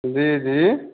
जी जी